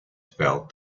felt